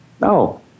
No